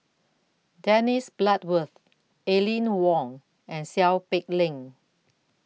Dennis Bloodworth Aline Wong and Seow Peck Leng